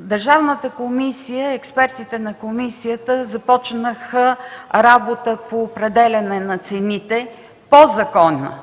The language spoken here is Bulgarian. е тази цифра! Експертите на комисията започнаха работа по определяне на цените по закона,